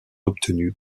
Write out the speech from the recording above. obtenues